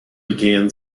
began